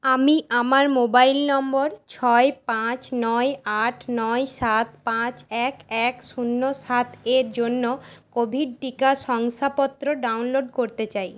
আমি আমার মোবাইল নম্বর ছয় পাঁচ নয় আট নয় সাত পাঁচ এক এক শূন্য সাত এর জন্য কোভিড টিকা শংসাপত্র ডাউনলোড করতে চাই